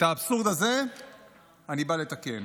את האבסורד הזה אני בא לתקן,